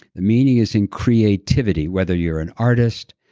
the meaning is in creativity whether you're an artist,